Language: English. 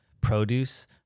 produce